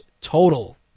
total